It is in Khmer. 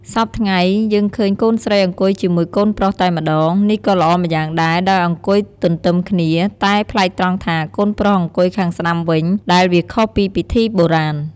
សព្វថ្ងៃ យើងឃើញកូនស្រីអង្គុយជាមួយកូនប្រុសតែម្តង នេះក៏ល្អម្យ៉ាងដែរដោយឲ្យអង្គុយទន្ទឹមគ្នា តែប្លែកត្រង់ថាកូនប្រុសអង្គុយខាងស្តាំវិញ ដែលវាខុសពីពិធីបុរាណ ។